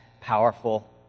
powerful